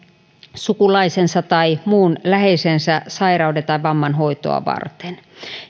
sukulaisensa tai muun läheisensä sairauden tai vamman hoitoa varten